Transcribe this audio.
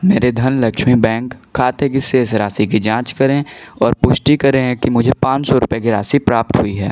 मेरे धनलक्ष्मी बैंक खाते की शेष राशि की जाँच करें और पुष्टि करें कि मुझे पाँच सौ रुपये की राशि प्राप्त हुई है